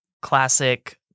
classic